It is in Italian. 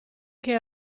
che